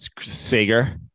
Sager